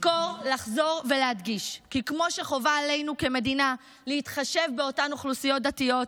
לחזור ולהדגיש כי כמו שחובה עלינו כמדינה להתחשב באותן אוכלוסיות דתיות,